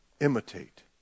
Imitate